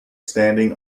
standing